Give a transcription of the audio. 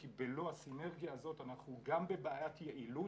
כי בלא הסינרגיה הזאת אנחנו גם בבעיית יעילות,